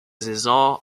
saison